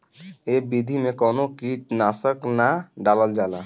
ए विधि में कवनो कीट नाशक ना डालल जाला